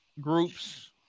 Groups